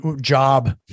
Job